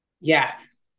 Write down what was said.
Yes